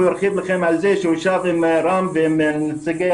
הוא ירחיב על זה שהוא ישב עם רם ועם נציגי